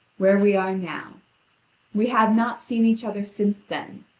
where we are now we have not seen each other since then,